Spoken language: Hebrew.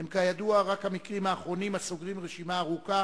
אלה כידוע רק המקרים האחרונים הסוגרים רשימה ארוכה